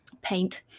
paint